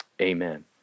amen